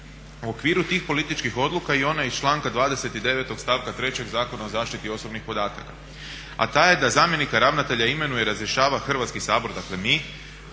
U okviru tih političkih odluka je i ona iz članka 29. stavka 3. Zakona o zaštiti osobnih podataka, a ta je da zamjenika ravnatelja imenuje i razrješava Hrvatski sabor, dakle mi,